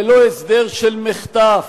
ולא הסדר של מחטף,